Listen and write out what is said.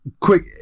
Quick